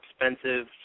expensive